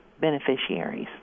beneficiaries